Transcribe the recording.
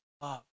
love